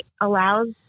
allows